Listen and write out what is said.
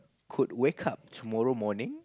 could wake up tomorrow morning